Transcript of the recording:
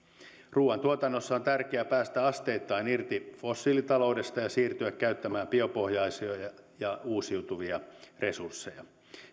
ruuantuotannossa on tärkeää päästä asteittain irti fossiilitaloudesta ja siirtyä käyttämään biopohjaisia ja ja uusiutuvia resursseja